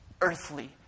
earthly